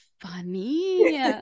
funny